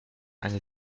eine